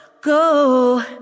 go